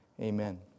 amen